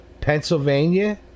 Pennsylvania